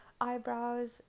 eyebrows